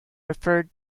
referred